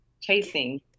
chasing